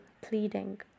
pleading